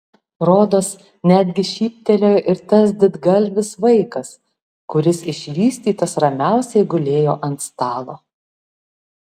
rodos netgi šyptelėjo ir tas didgalvis vaikas kuris išvystytas ramiausiai gulėjo ant stalo